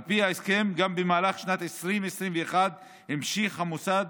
על פי ההסכם, גם במהלך שנת 2021 המשיך המוסד